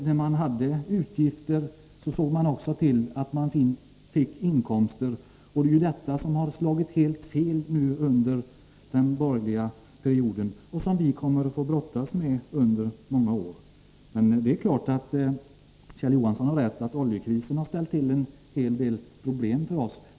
När man hade utgifter såg man också till att man fick inkomster. Detta har slagit helt fel under den borgerliga perioden, och det kommer vi att få brottas med under många år. Det är klart att Kjell Johansson har rätt i att oljekrisen ställt till en hel del problem för oss.